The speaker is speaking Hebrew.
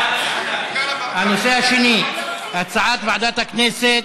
הנושא השני: הצעת ועדת הכנסת